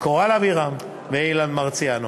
קורל אבירם ואילן מרסיאנו.